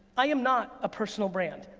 i am not a personal brand.